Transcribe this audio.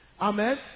Amen